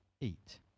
eat